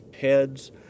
heads